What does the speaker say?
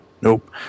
nope